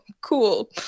Cool